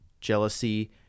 jealousy